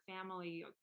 family